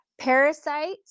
parasites